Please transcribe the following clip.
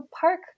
park